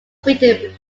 fitted